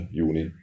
juni